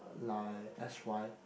like s_y